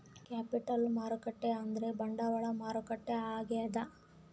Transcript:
capital market ಅಂದ್ರ ಬಂಡವಾಳ ಮಾರುಕಟ್ಟೆ ಆಗ್ಯಾದ